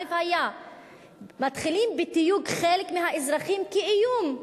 מתחילים בתיוג חלק מהאזרחים כאיום,